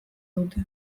dute